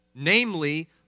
Namely